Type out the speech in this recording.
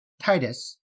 Titus